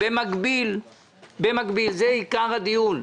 זה עיקר הדיון,